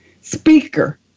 speaker